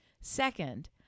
Second